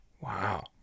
Wow